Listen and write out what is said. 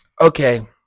Okay